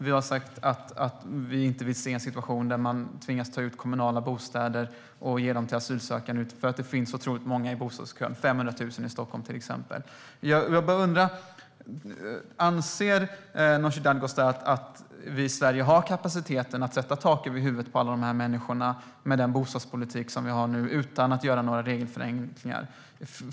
Vi har sagt att vi inte vill se en situation där man tvingas ta ut kommunala bostäder och ge dem till asylsökande, för det finns så otroligt många i bostadskön - 500 000 i Stockholm, till exempel. Anser Nooshi Dadgostar att vi i Sverige har kapacitet att sätta tak över huvudet på alla de här människorna med den bostadspolitik som vi har nu utan att göra några regelförenklingar?